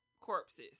corpses